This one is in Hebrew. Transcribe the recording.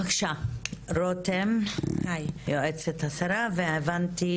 בבקשה רותם, יועצת השרה, והבנתי